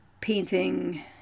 painting